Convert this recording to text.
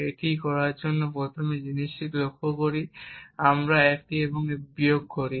এটি করার জন্য আমরা প্রথম জিনিসটি লক্ষ্য করি যে যদি আমরা একটি এবং বিয়োগ করি